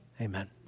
amen